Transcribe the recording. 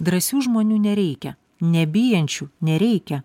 drąsių žmonių nereikia nebijančių nereikia